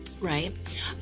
right